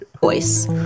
Voice